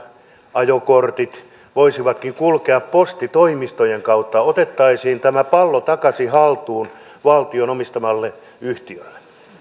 ajokortit voisivatkin kulkea postitoimistojen kautta otettaisiin tämä pallo takaisin haltuun valtion omistamalle yhtiölle